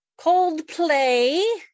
Coldplay